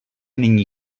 nyní